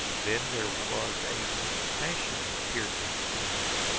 then there was a succession of piercing screams,